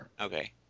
Okay